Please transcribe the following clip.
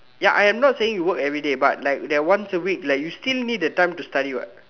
ya I am not saying you work everyday but like that once a week like you still need the time to study what